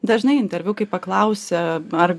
dažnai interviu kai paklausia ar